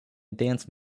dance